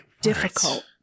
difficult